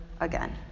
again